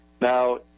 Now